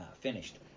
finished